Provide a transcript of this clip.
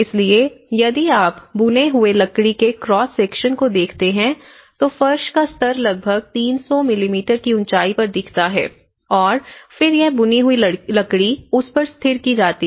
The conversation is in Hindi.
इसलिए यदि आप बुने हुए लकड़ी के क्रॉस सेक्शन को देखते हैं तो फर्श का स्तर लगभग 300 मिमी की ऊँचाई पर दिखता है और फिर यह बुनी हुई लकड़ी उस पर स्थिर की जाती है